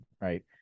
right